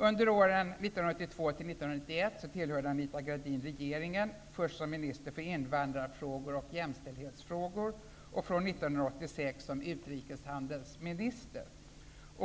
Under åren 1982--1991 tillhörde Anita Gradin regeringen, först som minister för invandrarfrågor och jämställdhetsfrågor och från 1986 som utrikeshandelsminister.